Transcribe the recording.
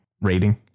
rating